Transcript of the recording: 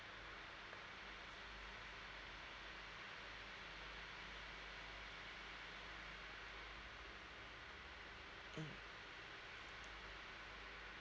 mm